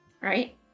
Right